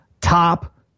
top